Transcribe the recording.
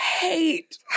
hate